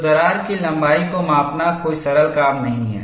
तो दरार की लंबाई को मापना कोई सरल काम नहीं है